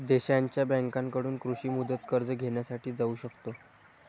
देशांच्या बँकांकडून कृषी मुदत कर्ज घेण्यासाठी जाऊ शकतो